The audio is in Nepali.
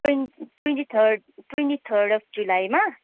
Twain twenty third twenty third of जुलाईमा